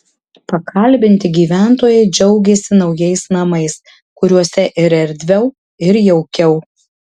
pakalbinti gyventojai džiaugėsi naujais namais kuriuose ir erdviau ir jaukiau